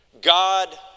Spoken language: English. God